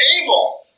able